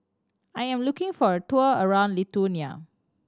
I am looking for a tour around Lithuania